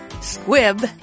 Squib